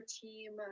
team